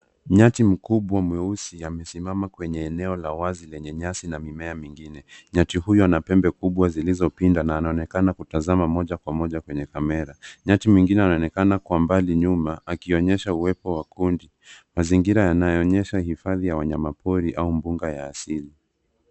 Nyati mkubwa mweusi amesimama kwenye eneo la wazi lenye nyasi na mimea mingine. Nyati huyu ana pembe kubwa zilizopinda na anaonekana kutazama moja kwa moja kwenye kamera. Nyati mwingine anaonekana kwa mbali nyuma akionyesha uwepo wa kundi. Mazingira yanayoonyesha hifadhi ya wanyapori au mbuga ya asili.